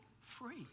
free